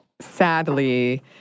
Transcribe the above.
sadly